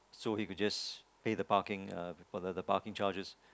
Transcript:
so he could just pay the parking uh for the the parking charges